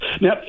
Now